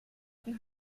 den